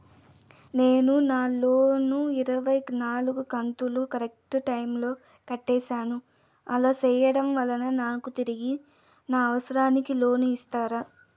నేను నా లోను ఇరవై నాలుగు కంతులు కరెక్టు టైము లో కట్టేసాను, అలా సేయడం వలన నాకు తిరిగి నా అవసరానికి లోను ఇస్తారా?